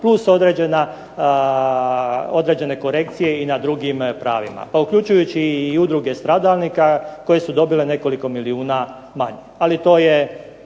plus određene korekcije i na drugim pravima. Pa uključujući i udruge stradalnika koje su dobile nekoliko milijuna manje. Ali to je